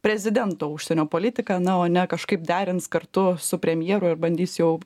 prezidento užsienio politiką na o ne kažkaip derins kartu su premjeru ir bandys jau